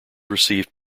received